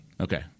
Okay